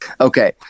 Okay